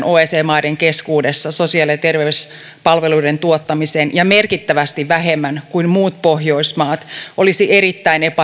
oecd maiden keskuudessa keskivertoa vähemmän sosiaali ja terveyspalveluiden tuottamiseen ja merkittävästi vähemmän kuin muut pohjoismaat olisi erittäin